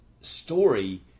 story